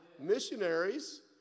Missionaries